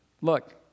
look